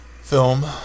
film